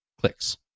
clicks